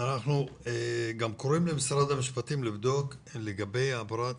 אנחנו קוראים למשרד המשפטים לבדוק מבחינה